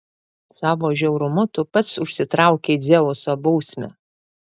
savo žiaurumu tu pats užsitraukei dzeuso bausmę